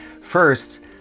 First